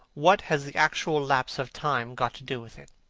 what has the actual lapse of time got to do with it?